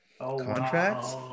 contracts